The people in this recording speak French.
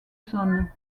saône